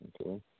okay